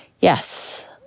Yes